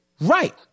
Right